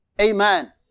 Amen